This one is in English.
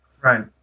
right